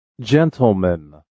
Gentlemen